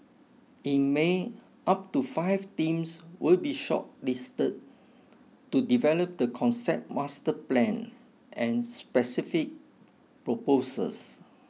in May up to five teams will be shortlisted to develop the concept master plan and specific proposals